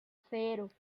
cero